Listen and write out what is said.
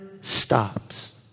stops